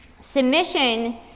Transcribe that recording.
Submission